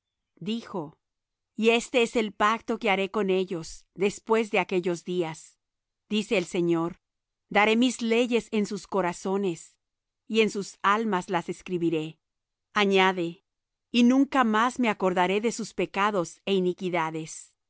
dijo y este es el pacto que haré con ellos después de aquellos días dice el señor daré mis leyes en sus corazones y en sus almas las escribiré añade y nunca más me acordaré de sus pecados é iniquidades